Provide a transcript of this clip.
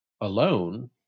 alone